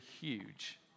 huge